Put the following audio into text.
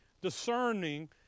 discerning